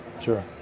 sure